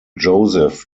joseph